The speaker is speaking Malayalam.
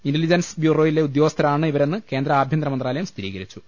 ഇന്റലിജൻസ് ബ്യൂറോയിലെ ഉദ്യോഗസ്ഥരാണ് ഇവരെന്ന് കേന്ദ്ര ആഭ്യന്തര മന്ത്രാലയം സ്ഥിരീകരിച്ചു